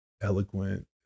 eloquent